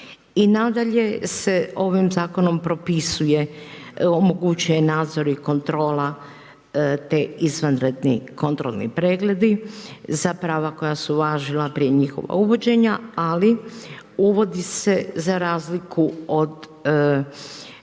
nadalje se ovim zakonom propisuje, omogućuje nadzor i kontrola te izvanredni kontrolni pregledi, za prava koja su važila prije njihova uvođenja, ali uvodi se za razliku od